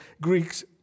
Greeks